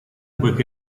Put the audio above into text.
poiché